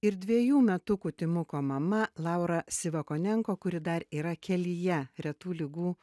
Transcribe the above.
ir dviejų metukų timuko mama laura sivakonenko kuri dar yra kelyje retų ligų